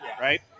right